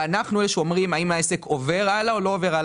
אנחנו אלה שאומרים אם העסק עובר הלאה או לא עובר הלאה.